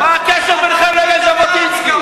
מה הקשר בינכם לבין ז'בוטינסקי?